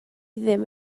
ddim